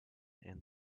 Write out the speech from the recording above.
and